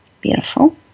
Beautiful